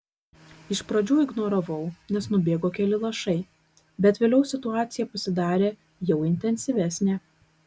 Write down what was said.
iš pradžių ignoravau nes nubėgo keli lašai bet vėliau situacija pasidarė jau intensyvesnė